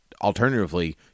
alternatively